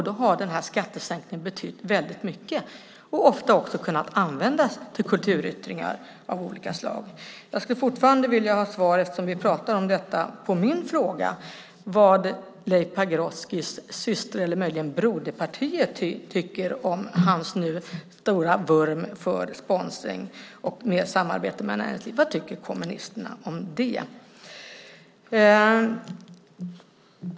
Då har den här skattesänkningen betytt väldigt mycket och ofta också kunnat användas till kulturyttringar av olika slag. Jag skulle fortfarande vilja ha svar, eftersom vi pratar om detta, på min fråga vad Leif Pagrotskys syster eller möjligen broderparti tycker om hans nu stora vurm för sponsring och samarbete med näringslivet. Vad tycker kommunisterna om det?